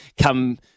come